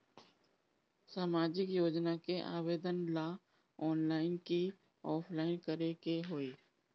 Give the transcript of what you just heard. सामाजिक योजना के आवेदन ला ऑनलाइन कि ऑफलाइन करे के होई?